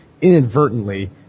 inadvertently